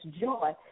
joy